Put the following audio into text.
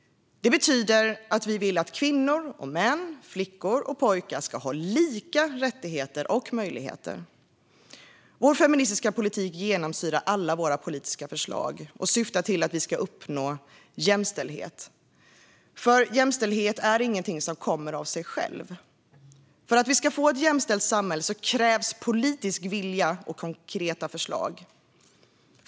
Det betyder att vi vill att kvinnor och män samt flickor och pojkar ska ha lika rättigheter och möjligheter. Vår feministiska politik genomsyrar alla våra politiska förslag och syftar till att vi ska uppnå jämställdhet, för jämställdhet är inget som kommer av sig självt. För att vi ska få ett jämställt samhälle krävs politisk vilja och konkreta förslag.